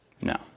No